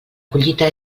collita